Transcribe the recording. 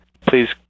Please